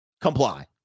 comply